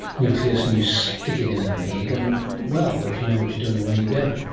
nucleus, and you stick it in an egg and, well, if you know what you're doing, away you go.